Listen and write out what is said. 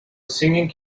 singing